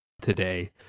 today